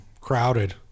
Crowded